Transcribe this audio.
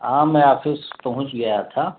ہاں میں آفس پہنچ گیا تھا